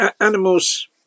animals